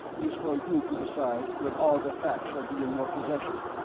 is for you to decide when all the facts shall be in your possession.